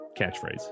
catchphrase